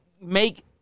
make